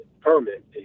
permit